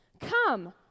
Come